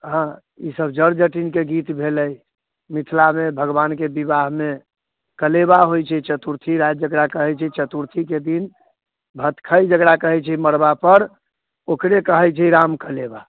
हँ ई सब जट जटिनके गीत भेलै मिथिलामे भगवानके विवाहमे कलेबा होइ छै चतुर्थी राति जकरा कहै छै चतुर्थीके दिन भतखै जकरा कहै छै मड़बापर ओकरे कहै छै राम कलेबा